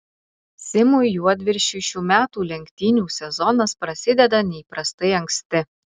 simui juodviršiui šių metų lenktynių sezonas prasideda neįprastai anksti